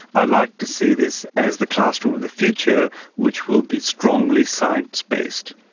i like to see this as the classroom of the future which will be strongly science-based.